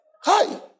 Hi